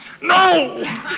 no